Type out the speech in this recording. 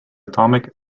atomic